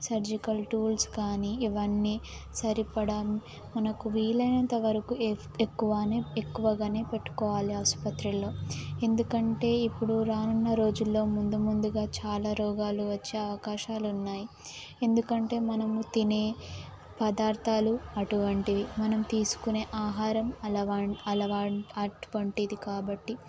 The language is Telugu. సర్జికల్ టూల్స్ కాని ఇవన్నీ సరిపడా మనకు వీలు అయినంతవరకు ఎక్కువనే ఎక్కువగానే పెట్టుకోవాలి ఆసుపత్రిలో ఎందుకంటే ఇప్పుడు రానున్న రోజుల్లో ముందు ముందుగా చాలా రోగాలు వచ్చే అవకాశాలు ఉన్నాయి ఎందుకంటే మనము తినే పదార్థాలు అటువంటివి మనం తీసుకునే ఆహారం అలవా అటువంటిది కాబట్టి